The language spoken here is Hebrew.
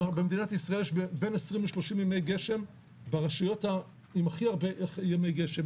במדינת ישראל יש בין 20 ל-30 ימי גשם ברשויות עם הכי הרבה ימי גשם.